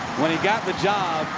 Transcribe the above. when he got the job,